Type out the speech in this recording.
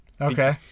Okay